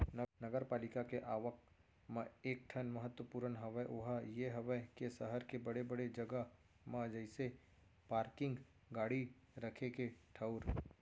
नगरपालिका के आवक म एक ठन महत्वपूर्न हवय ओहा ये हवय के सहर के बड़े बड़े जगा म जइसे पारकिंग गाड़ी रखे के ठऊर